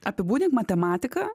apibūdink matematiką